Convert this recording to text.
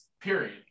period